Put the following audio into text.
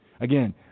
Again